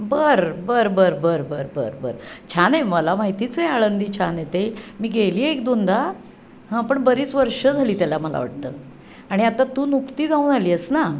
बरं बरं बरं बरं बरं बरं बरं छान आहे मला माहितीच आहे आळंदी छान आहे ते मी गेली आहे एक दोनदा हां पण बरीच वर्ष झाली त्याला मला वाटतं आणि आता तू नुकतीच जाऊन आली आहेस ना